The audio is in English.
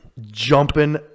jumping